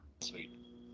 Sweet